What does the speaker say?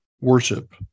worship